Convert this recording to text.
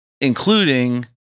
including